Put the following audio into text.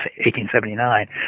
1879